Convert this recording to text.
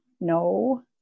no